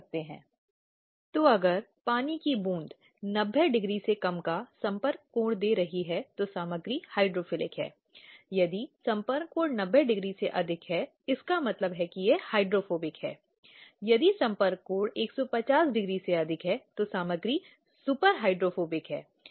अब एक बार जब यह पूरी बात देखी जाती है तो शिकायत के बयान के आधार पर और ठोस गवाहों का समर्थन जो दस्तावेज उसने प्रस्तुत किए हैं उत्तर देने वाले के ये बयान गवाहों का समर्थन कर रहे हैं जो दस्तावेज उसने प्रस्तुत किया है जब सभी को देखा जाता है फिर शिकायत समिति उचित खोज के लिए आ सकती है